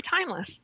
timeless